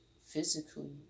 physically